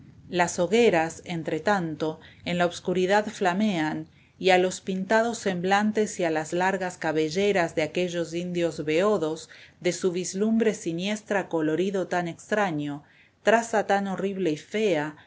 las hogueras entretanto en la obscuridad flamean y a los pintados semblantes y a las largas cabelleras de aquellos indios beodos da su vislumbre siniestra colorido tan extraño la cautiva si traza tan horrible y fea